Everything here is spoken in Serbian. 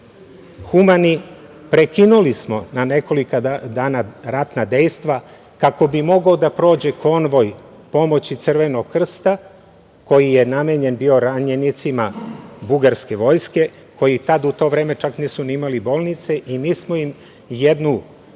humani, prekinuli smo na nekoliko dana ratna dejstva kako bi mogao da prođe konvoj pomoći Crvenog krsta koji je namenjen bio ranjenicima bugarske vojske, koji tad u to vreme čak nisu ni imali bolnice i mi smo im jednu